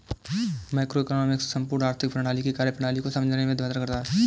macroeconomics संपूर्ण आर्थिक प्रणाली की कार्यप्रणाली को समझने में मदद करता है